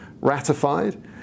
ratified